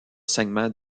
segment